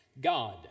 God